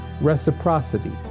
reciprocity